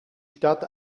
stadt